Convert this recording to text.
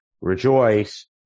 rejoice